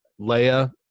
Leia